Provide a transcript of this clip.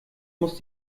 muss